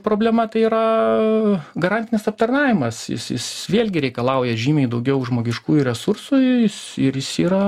problema tai yra garantinis aptarnavimas jis jis vėlgi reikalauja žymiai daugiau žmogiškųjų resursų ir jis ir jis yra